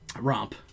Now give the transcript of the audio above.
romp